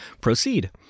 proceed